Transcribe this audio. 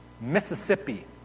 Mississippi